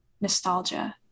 nostalgia